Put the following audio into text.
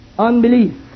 Unbelief